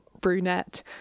brunette